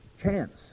chance